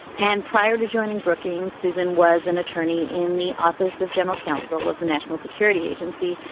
and prior to joining brookings, susan was an attorney in the office of general counsel of the national security agency.